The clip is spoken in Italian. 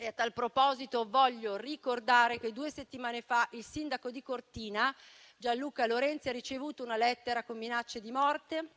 A tal proposito, desidero ricordare che due settimane fa il sindaco di Cortina, Gianluca Lorenzi, ha ricevuto una lettera con minacce di morte: